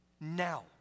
now